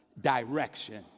direction